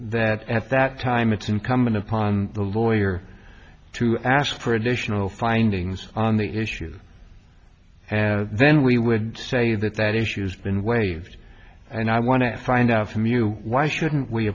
that at that time it's incumbent upon the lawyer to ask for additional findings on the issue then we would say that that issue's been waived and i want to find out from you why shouldn't we